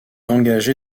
engagé